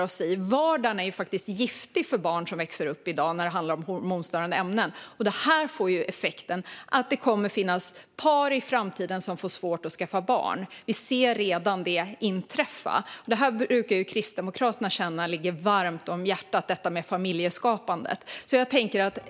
och så vidare. Vardagen är faktiskt giftig för barn som växer upp i dag. Det här får effekten att det i framtiden kommer att finnas par som får svårt att skaffa barn. Det ser vi redan inträffa. Detta med familjeskapandet brukar ligga Kristdemokraterna varmt om hjärtat.